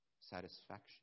satisfaction